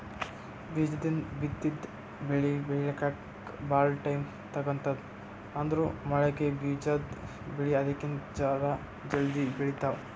ಬೀಜದಿಂದ್ ಬಿತ್ತಿದ್ ಬೆಳಿ ಬೆಳಿಲಿಕ್ಕ್ ಭಾಳ್ ಟೈಮ್ ತಗೋತದ್ ಆದ್ರ್ ಮೊಳಕೆ ಬಿಜಾದ್ ಬೆಳಿ ಅದಕ್ಕಿಂತ್ ಜರ ಜಲ್ದಿ ಬೆಳಿತಾವ್